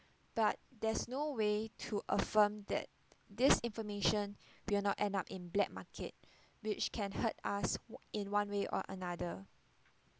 but there's no way to affirm that this information will not end up in black market which can hurt us in one way or another